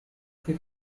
che